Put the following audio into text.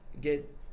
get